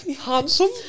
Handsome